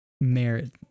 Merit